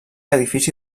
edifici